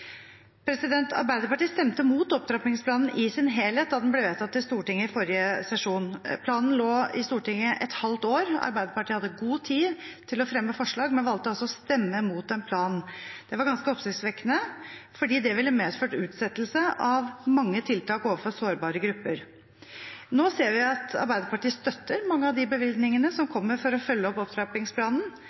Arbeiderpartiet stemte mot opptrappingsplanen i sin helhet da den ble vedtatt i Stortinget i forrige sesjon. Planen lå i Stortinget et halvt år. Arbeiderpartiet hadde god tid til å fremme forslag, men valgte altså å stemme mot planen. Det var ganske oppsiktsvekkende, fordi det ville medført utsettelse av mange tiltak overfor sårbare grupper. Nå ser vi at Arbeiderpartiet støtter mange av de bevilgningene som kommer for å følge opp opptrappingsplanen.